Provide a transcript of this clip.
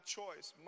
choice